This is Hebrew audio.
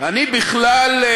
אני בכלל,